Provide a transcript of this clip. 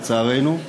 לצערנו.